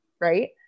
right